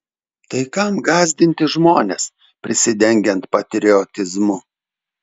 tai kam gąsdinti žmones prisidengiant patriotizmu